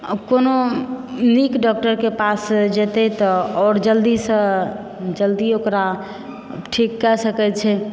कोनो नीक डॉक्टरके पास जेतै तऽ आओर जल्दी सॅं जल्दी ओकरा ठीक कए सकै छै